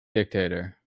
dictator